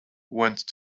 once